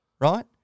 right